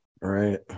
Right